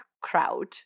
crowd